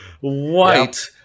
white